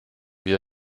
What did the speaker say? wie